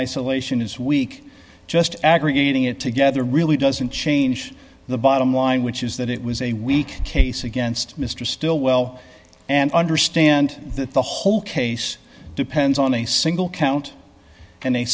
isolation is weak just aggregating it together really doesn't change the bottom line which is that it was a weak case against mr stillwell and understand that the whole case depends on a single count and